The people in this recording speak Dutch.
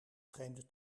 vreemde